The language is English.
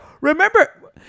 remember